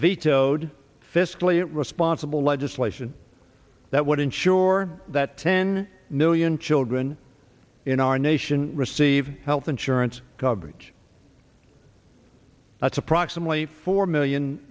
vetoed fiscally responsible legislation that would ensure that ten million children in our nation receive health insurance coverage that's approximately four million